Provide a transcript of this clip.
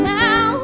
now